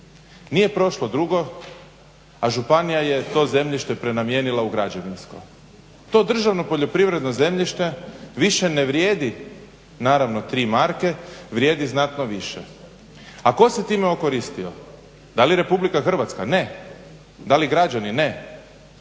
nije prošlo dugo, a županija je to zemljište prenamijenila u građevinsko. To državno poljoprivredno zemljište više ne vrijedi tri marke, vrijedi znatno više, a tko se time okoristio? Da li RH? Ne. Da li građani? Ne.